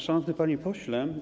Szanowny Panie Pośle!